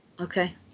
Okay